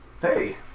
Hey